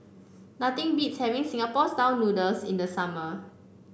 nothing beats having Singapore style noodles in the summer